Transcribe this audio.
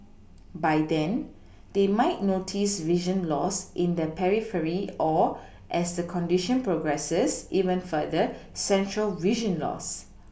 by then they might notice vision loss in the periphery or as the condition progresses even further central vision loss